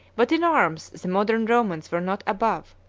but in arms, the modern romans were not above,